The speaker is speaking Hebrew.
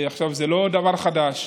זה לא דבר חדש.